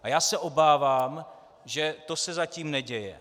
A já se obávám, že to se zatím neděje.